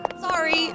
Sorry